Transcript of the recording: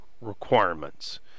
requirements